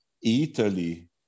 Italy